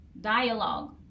Dialogue